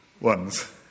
ones